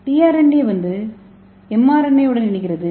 tRNA வந்து எம்ஆர்என்ஏவுடன் பிணைக்கிறது